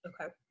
Okay